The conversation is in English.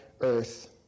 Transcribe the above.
earth